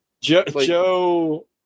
Joe